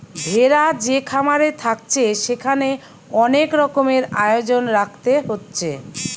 ভেড়া যে খামারে থাকছে সেখানে অনেক রকমের আয়োজন রাখতে হচ্ছে